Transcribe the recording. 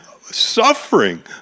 suffering